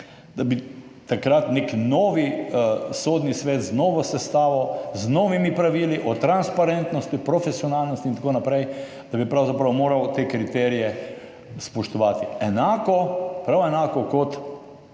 da bi takrat nek novi sodni svet z novo sestavo, z novimi pravili o transparentnosti, profesionalnosti in tako naprej, pravzaprav moral spoštovati te kriterije, enako kot